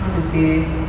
how to say